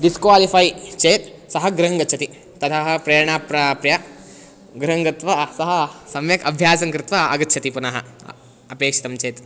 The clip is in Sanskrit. डिस्क्वालिफ़ै चेत् सः गृहं गच्छति ततः प्रेरणां प्राप्य गृहं गत्वा सः सम्यक् अभ्यासं कृत्वा आगच्छति पुनः अपेक्षितं चेत्